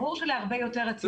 ברור שלהרבה יותר הציון ירד.